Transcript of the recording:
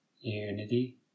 unity